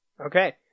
Okay